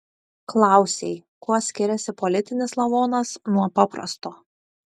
klausei kuo skiriasi politinis lavonas nuo paprasto